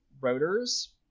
rotors